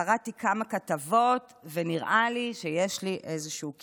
קראתי כמה כתבות, ונראה לי שיש לי איזשהו כיוון.